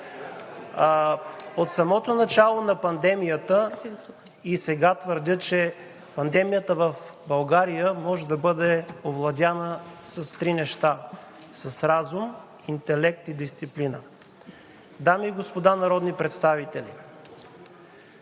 От самото начало на пандемията и сега твърдя, че пандемията в България може да бъде овладяна с три неща: с разум, интелект и дисциплина. Дами и господа народни представители!